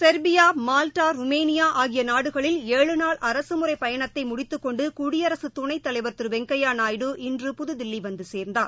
Serbia Malta Romania ஆகிய நாடுகளில் ஏழு நாள் அரசு முறைப்பயணத்தை முடித்துக்கொண்டு குடியரசுத் துணைத் தலைவர் திரு வெங்கப்யா நாயுடு இன்று புதுதில்லி வந்துசேர்ந்தார்